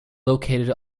located